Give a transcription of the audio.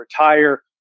retire